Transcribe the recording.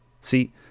See